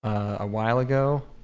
awhile ago